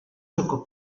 giocò